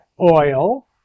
oil